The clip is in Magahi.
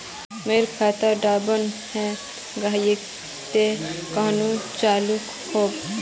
मोर खाता डा बन है गहिये ते कन्हे चालू हैबे?